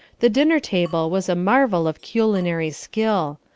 the dinner-table was a marvel of culinary skill.